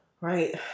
Right